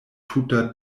tuta